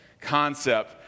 concept